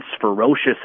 ferocious